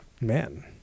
Man